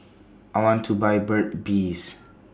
I want to Buy Burt's Bees